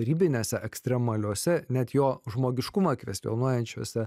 ribinėse ekstremaliose net jo žmogiškumą kvestionuojančiose